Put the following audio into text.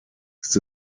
ist